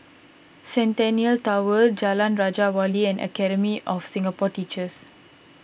Centennial Tower Jalan Raja Wali and Academy of Singapore Teachers